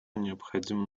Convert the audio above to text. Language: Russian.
необходим